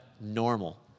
normal